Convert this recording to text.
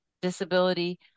disability